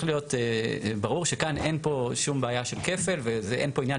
להיות ברור שכאן אין פה שום בעיה של כפל ואין פה עניין